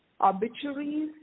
Obituaries